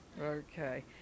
Okay